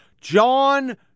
John